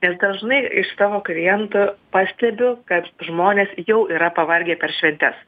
nes dažnai iš savo klientų pastebiu kad žmonės jau yra pavargę per šventes